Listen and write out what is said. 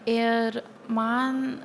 ir man